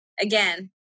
again